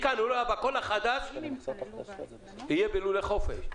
מכאן ולהבא כל החדש יהיה בלולי חופש.